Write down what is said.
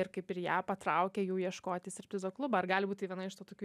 ir kaip ir ją patraukė jų ieškot į striptizo klubą ar gali būt tai viena iš tų tokių